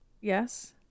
Yes